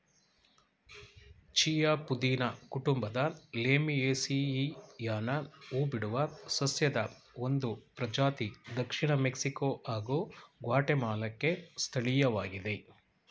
chia ಪುದೀನ ಕುಟುಂಬದ ಲೇಮಿಯೇಸಿಯಿಯನ ಹೂಬಿಡುವ ಸಸ್ಯದ ಒಂದು ಪ್ರಜಾತಿ ದಕ್ಷಿಣ ಮೆಕ್ಸಿಕೊ ಹಾಗೂ ಗ್ವಾಟೆಮಾಲಾಕ್ಕೆ ಸ್ಥಳೀಯವಾಗಿದೆ